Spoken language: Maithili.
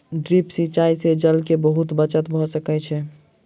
ड्रिप सिचाई से जल के बहुत बचत भ सकै छै